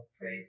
Pray